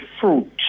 fruit